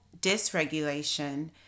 dysregulation